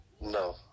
No